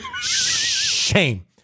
Shame